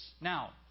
Now